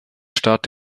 staat